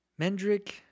Mendrick